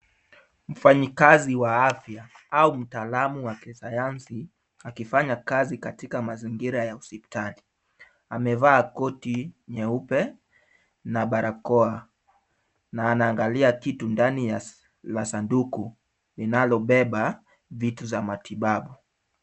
Mfanyakazi wa afya au mtaalamu wa kisayansi akifanya kazi katika mazingira ya hospitali. Amevaa koti nyeupe na barakoa na anaangalia kitu ndani ya sanduku inayobeba vitu za matibabu.